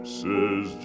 says